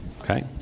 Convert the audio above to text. Okay